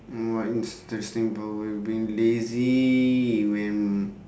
what interesting being lazy when